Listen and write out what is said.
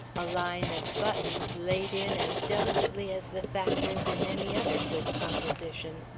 a line of buttons laid in as delicately as the factors in any other good composition.